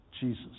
Jesus